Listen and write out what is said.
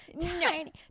tiny